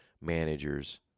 managers